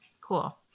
Cool